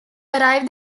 arrive